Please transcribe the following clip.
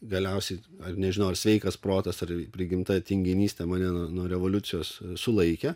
galiausiai ar nežinau ar sveikas protas ar prigimta tinginystė mane nuo revoliucijos sulaikė